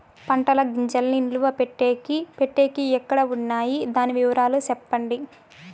పంటల గింజల్ని నిలువ పెట్టేకి పెట్టేకి ఎక్కడ వున్నాయి? దాని వివరాలు సెప్పండి?